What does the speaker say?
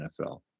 NFL